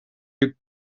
you